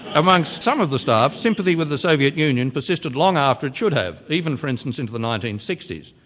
amongst some of the staff, sympathy with the soviet union persisted long after it should have, even for instance into the nineteen sixty s.